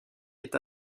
est